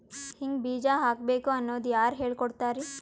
ಹಿಂಗ್ ಬೀಜ ಹಾಕ್ಬೇಕು ಅನ್ನೋದು ಯಾರ್ ಹೇಳ್ಕೊಡ್ತಾರಿ?